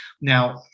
Now